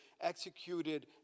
executed